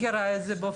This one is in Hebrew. אני מכירה את זה.